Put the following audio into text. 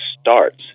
starts